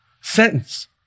sentence